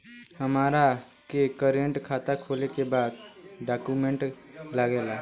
हमारा के करेंट खाता खोले के बा का डॉक्यूमेंट लागेला?